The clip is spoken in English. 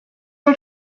are